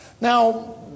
Now